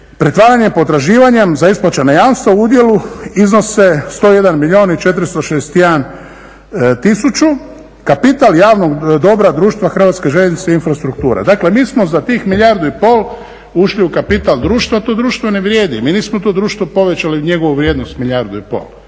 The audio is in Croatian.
pretvaranje potraživanjem za isplaćena jamstva u udjelu iznose 101 milijun i 461 tisuću kapital javnog dobra društva Hrvatske željeznice i infrastruktura. Dakle, mi smo za tih milijardu i pol ušli u kapital društva, to društvo ne vrijedi. Mi nismo to društvo povećali njegovu vrijednost milijardu i pol,